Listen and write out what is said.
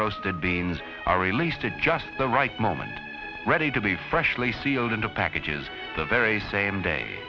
roasted beans are released at just the right moment ready to be freshly sealed into packages the very same day